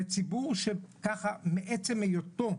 זה ציבור שככה, מעצם היותו,